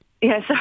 yes